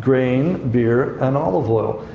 grain, beer, and olive oil.